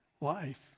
life